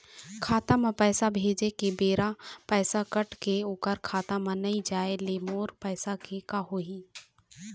खाता म पैसा भेजे के बेरा पैसा कट के ओकर खाता म नई जाय ले मोर पैसा के का होही?